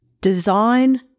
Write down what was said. Design